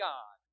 God